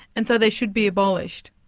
and so they should be abolished?